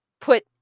put